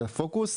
זה הפוקוס.